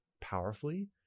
powerfully